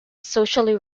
socially